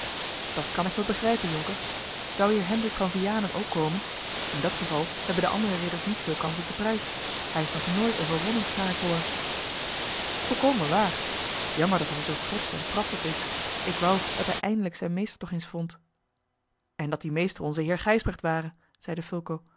dat kan ik me begrijpen jonker zou heer hendrik van vianen ook komen in dat geval hebben de andere ridders niet veel kans op den prijs hij is nog nooit overwonnen naar ik hoor volkomen waar jammer dat hij er zoo trotsch en prat op is ik wou dat hij eindelijk zijn meester toch eens vond en dat die meester onze heer gijsbrecht ware zeide